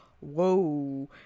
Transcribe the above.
whoa